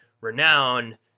Renown